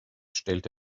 stellt